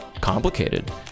complicated